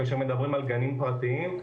כשמדברים על גנים פרטיים.